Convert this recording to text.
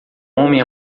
homem